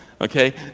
okay